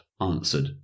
answered